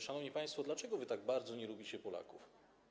Szanowni państwo, dlaczego wy tak bardzo nie lubicie Polaków?